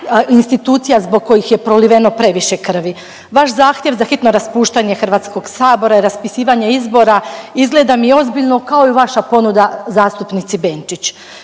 institucija zbog kojih je proliveno previše krvi. Vaš zahtjev za hitno raspuštanje Hrvatskog sabora i raspisivanje izbora izgleda mi ozbiljno kao i vaša ponuda zastupnici Benčić.